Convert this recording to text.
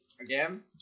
again